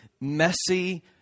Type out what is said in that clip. messy